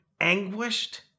anguished